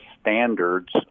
standards